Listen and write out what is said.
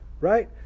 Right